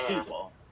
people